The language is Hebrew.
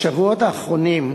בשבועות האחרונים,